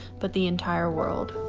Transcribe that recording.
but the entire world.